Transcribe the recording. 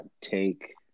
take